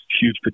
huge